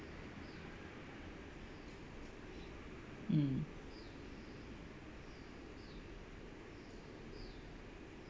mm